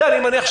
אני מניח,